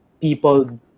people